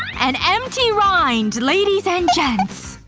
an empty rind, ladies and gents!